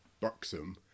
Buxom